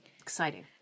exciting